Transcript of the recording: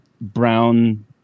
brown